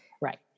right